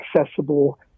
accessible